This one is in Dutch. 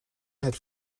het